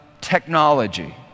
technology